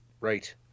Right